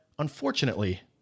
Unfortunately